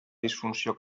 disfunció